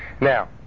Now